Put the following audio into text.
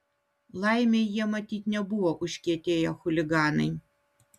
laimei jie matyt nebuvo užkietėję chuliganai